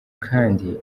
kandi